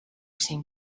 seem